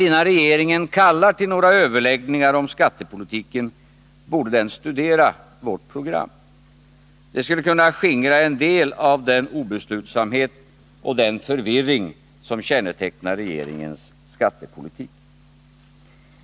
Innan regeringen kallar till några överläggningar om skattepolitiken, råder jag den därför att studera vårt program. Det skulle kunna skingra en del av den obeslutsamhet och förvirring som kännetecknar regeringens skattepolitik.